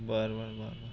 बरं बरं बरं बरं